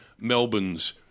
Melbourne's